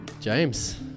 James